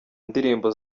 indirimbo